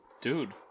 dude